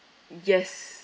yes